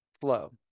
flow